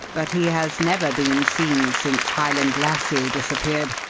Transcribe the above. but he has never been seen since highland lassie disappeared.